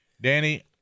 Danny